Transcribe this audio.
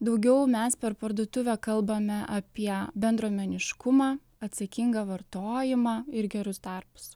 daugiau mes per parduotuvę kalbame apie bendruomeniškumą atsakingą vartojimą ir gerus darbus